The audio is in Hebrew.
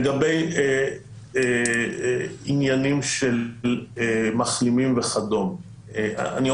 לגבי עניינים של מחלימים וכדומה זה